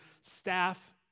staff